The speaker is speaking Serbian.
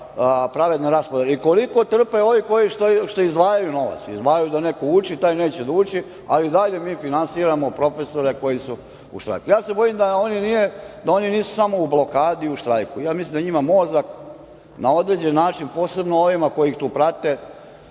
pravedne raspodele i koliko trpe ovi što izdvajaju novac? Izdvajaju da neko uči, taj neće da uči, ali daj da mi finansiramo profesore koji su u štrajku. Bojim se da oni nisu samo u blokadi i u štrajku, mislim da je njima mozak na određeni način, posebno ovima koji ih tu prate,